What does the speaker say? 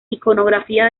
iconografía